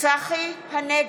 צחי הנגבי,